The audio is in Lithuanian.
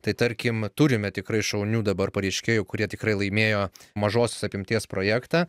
tai tarkim turime tikrai šaunių dabar pareiškėjų kurie tikrai laimėjo mažosios apimties projektą